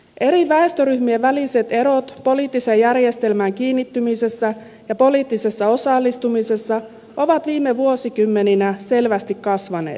eri väestöryhmien väliset erot poliittiseen järjestelmään kiinnittymisessä ja poliittisessa osallistumisessa ovat viime vuosikymmeninä selvästi kasvaneet